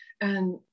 And-